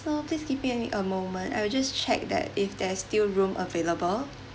so please give me a moment I will just check that if there's still room available